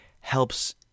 helps